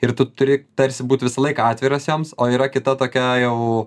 ir tu turi tarsi būt visą laiką atviras joms o yra kita tokia jau